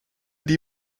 die